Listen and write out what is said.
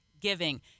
giving